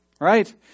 right